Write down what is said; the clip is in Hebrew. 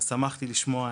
לכן שמחתי לשמוע,